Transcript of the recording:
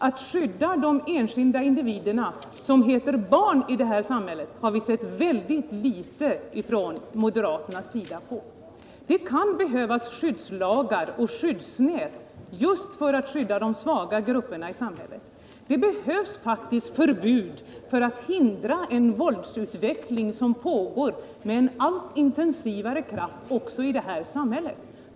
Vi har hört väldigt litet från moderaternas sida som går ut på att skyddade Nr 120 enskilda individer i samhället som heter barn. Det kan behövas skyddslagar Fredagen den och skyddsnät för att skydda de svaga grupperna i samhället. Det behövs 14 april 1978 faktiskt förbud för att hindra en våldsutveckling som pågår med allt intensivare kraft också i det här samhället.